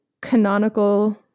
canonical